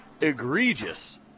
egregious –